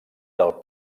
del